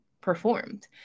performed